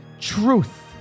truth